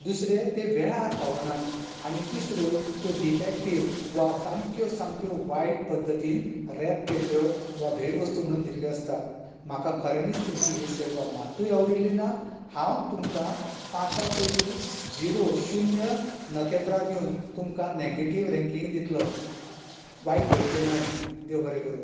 दुसरे तें वेळार पावनान आनी तिसऱ्यो त्यो डिफेक्टीव्ह वा सामक्यो सामक्यो वायट पद्दतीन रॅप केल्यो वा भेट वस्तू म्हणून दिल्ल्यो आसता म्हाका खऱ्यानीच तूमची ही सेवा मातूंय आवडिल्ली ना हांव तुमकां पाचां पैकी झिरो शुन्य नकेत्रां दिवन तुमकां नॅगेटीव्ह रँकींग दितलो वायट धरचे न्हय देव बरें करूं